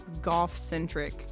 golf-centric